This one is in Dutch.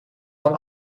van